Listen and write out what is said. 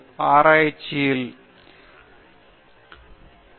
ஆராய்ச்சி என்பது 9 X 5 வேலைபோல் அல்லாமல் அது 24 x 7 வகையானது அது மிகவும் நல்லது